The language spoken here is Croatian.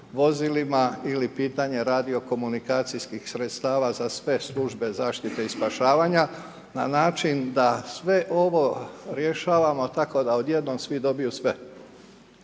vozilima ili pitanje radio-komunikacijskih sredstava za sve službe zaštite i spašavanja na način da sve ovo rješavamo tako da odjednom svi dobiju sve.